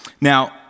Now